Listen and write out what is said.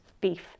beef